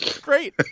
great